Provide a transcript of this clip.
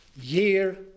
year